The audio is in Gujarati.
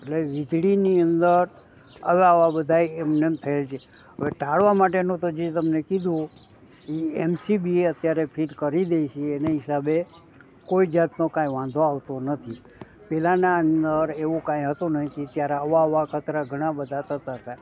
એટલે વીજળીની અંદર અલાવા બધાય એમનેમ થયેલ છે હવે ટાળવા માટેનું તો જે તમને કીધું એ એમસીબી અત્યારે ફિટ કરી દઈ છીએ એને હિસાબે કોઈ જાતનો કંઈ વાંધો આવતો નથી પહેલાંના અંદર એવું કંઈ હતું નહીં એ તે ત્યારે આવા આવા ખતરા ઘણાં બધાં થતા હતા